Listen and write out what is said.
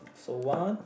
so one